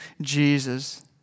Jesus